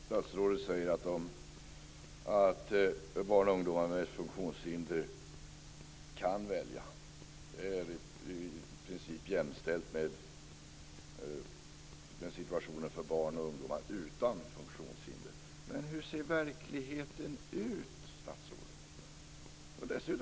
Fru talman! Statsrådet säger att barn och ungdomar med funktionshinder kan välja i princip jämställt med situationen för barn och ungdomar utan funktionshinder. Men hur ser verkligheten ut, statsrådet?